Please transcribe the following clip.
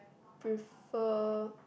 prefer